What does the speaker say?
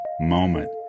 Moment